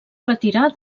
retirar